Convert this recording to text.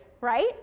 right